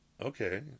Okay